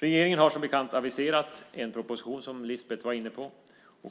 Regeringen har som bekant aviserat en proposition, vilket Lisbeth var inne på.